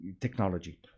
technology